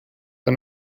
the